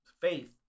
faith